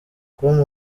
com